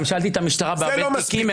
גם שאלתי את המשטרה בהרבה תיקים.